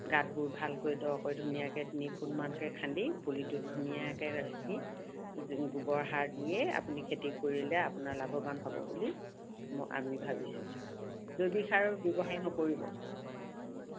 গাঁতবোৰ ভালকৈ দকৈ ধুনীয়াকৈ তিনি ফুটমানকৈ খান্দি পুলিটো ধুনীয়াকৈ ৰাখি য গোবৰ সাৰ দিয়ে আপুনি খেতি কৰিলেই আপোনাৰ লাভৱান হ'ব বুলি মই আমি ভাবিছোঁ জৈৱিক সাৰ ব্যৱহাৰ নকৰিব